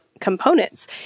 components